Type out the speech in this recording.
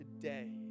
today